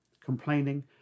Complaining